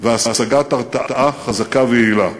והשגת הרתעה חזקה ויעילה.